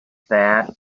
that